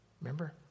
Remember